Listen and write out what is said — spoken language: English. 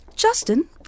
Justin